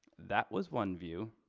that was one view.